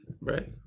right